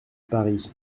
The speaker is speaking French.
paris